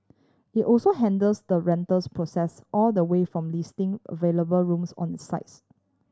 it also handles the rentals process all the way from listing available rooms on its sites